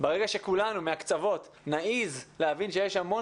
לפחות ברגע שכולנו מן הקצוות נעז להבין שיש המון